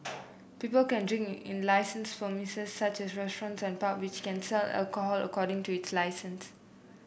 people can drink in in license premises such as restaurant and pub which can sell alcohol according to its licence